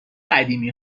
قدیمی